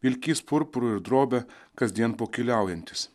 vilkys purpuru ir drobe kasdien pokyliaujantis